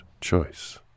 choice